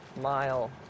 mile